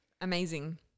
Amazing